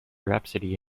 rhapsody